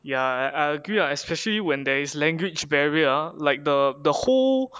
ya I agree ah especially when there is language barrier like the the whole